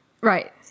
Right